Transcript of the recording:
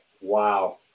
Wow